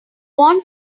want